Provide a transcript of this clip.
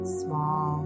small